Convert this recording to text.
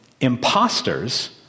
imposters